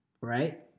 Right